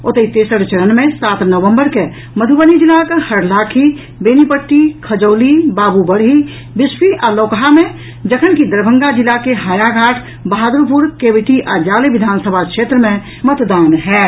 ओतहि तेसर चारण मे सात नवम्बर के मधुबनी जिलाक हरलाखी बेनीपट्टी खजौली बाबूबरही बिस्फी आ लौकहा मे जखनकि दरभंगा जिला के हायाघाट बहादुरपुर केवटी आ जाले विधानसभा क्षेत्र मे मतदान होयत